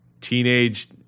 Teenage